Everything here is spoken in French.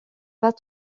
pas